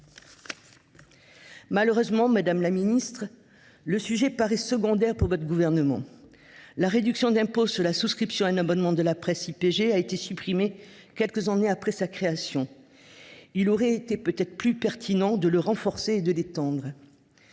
Malheureusement, madame la ministre, le sujet paraît secondaire pour votre gouvernement. La réduction d’impôt pour la souscription d’un abonnement à la presse d’information politique et générale (IPG) a été supprimée quelques années après sa création. Il aurait été peut être plus pertinent de la renforcer et de l’étendre.